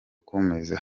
ukomeye